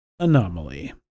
anomaly